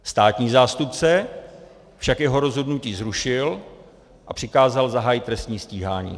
Státní zástupce však jeho rozhodnutí zrušil a přikázal zahájit trestní stíhání.